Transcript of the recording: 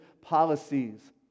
policies